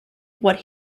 what